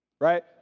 Right